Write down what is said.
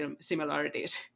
similarities